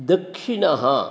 दक्षिणः